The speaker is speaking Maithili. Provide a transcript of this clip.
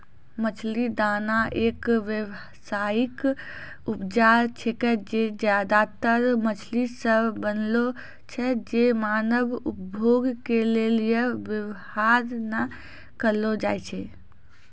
मछली दाना एक व्यावसायिक उपजा छिकै जे ज्यादातर मछली से बनलो छै जे मानव उपभोग के लेली वेवहार नै करलो जाय छै